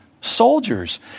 Soldiers